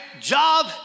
job